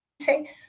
say